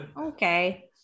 Okay